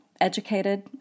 educated